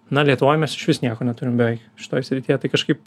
na lietuvoj mes išvis nieko neturim beveik šitoj srityje tai kažkaip